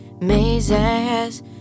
mazes